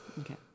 Okay